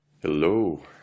Hello